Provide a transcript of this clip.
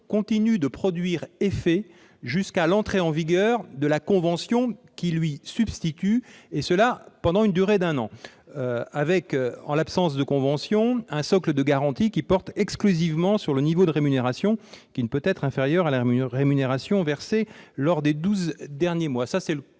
continue de produire effet jusqu'à l'entrée en vigueur de la convention qui se substitue à elle, et ce pendant une durée d'un an. De plus, en l'absence de convention, il existe un socle de garanties, lequel porte exclusivement sur le niveau des rémunérations- ce dernier ne peut être inférieur à la rémunération versée lors des douze derniers mois. Avec cet